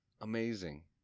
amazing